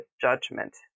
judgment